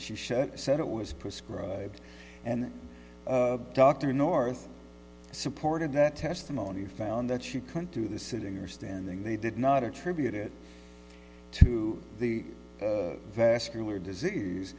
she said said it was prescribed and dr north supported that testimony found that she couldn't do the sitting or standing they did not attribute it the vascular disease